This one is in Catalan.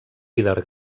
líder